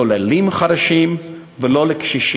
לא לעולים חדשים ולא לקשישים.